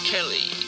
Kelly